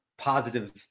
positive